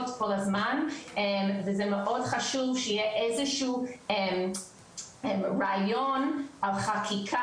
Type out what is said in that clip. כל הזמן וזה מאוד חשוב שיהיה איזשהו רעיון על חקיקה